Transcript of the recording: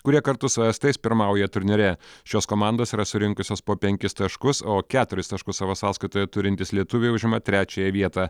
kurie kartu su estais pirmauja turnyre šios komandos yra surinkusios po penkis taškus o keturis taškus savo sąskaitoje turintys lietuviai užima trečiąją vietą